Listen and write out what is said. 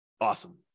Awesome